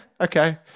okay